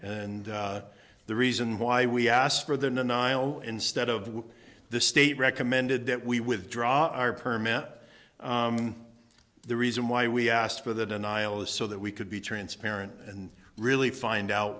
and the reason why we asked for the nile instead of the state recommended that we withdraw our permit the reason why we asked for the denial is so that we could be transparent and really find out